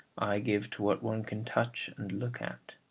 i give to what one can touch, and look at.